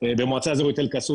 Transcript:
במועצה אזורית אל-קסום,